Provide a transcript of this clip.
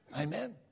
Amen